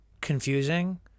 confusing